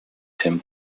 tim